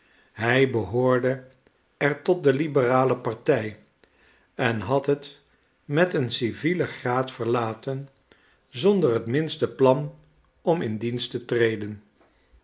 hij behoorde er tot de liberale partij en had het met een civielen graad verlaten zonder het minste plan om in dienst te treden